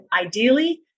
ideally